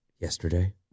yesterday